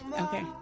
Okay